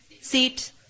seat